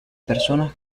personas